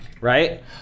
right